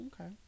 okay